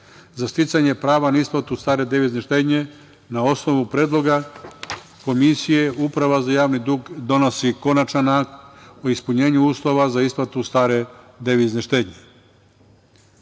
za sticanje prava na isplatu stare devizne štednje, na osnovu predloga Komisije, Uprava za javni dug donosi konačan akt o ispunjenju uslova za isplatu stare devizne štednje. Od